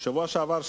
בשבוע שעבר,